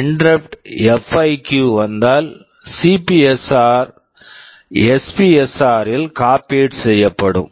interrupt interrupt FIQ FIQ வந்தால் CPSR CPSR SPSR SPSR இல் copied copied செய்யப்படும்